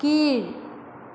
கீழ்